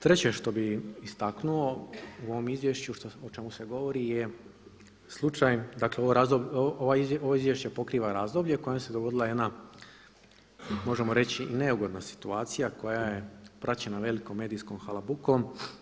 Treće što bih istaknuo u ovom izvješću o čemu se govori je slučaj, dakle ovo izvješće pokriva razdoblje u kojem se dogodila jedna možemo reći i neugodna situacija koja je praćena velikom medijskom halabukom.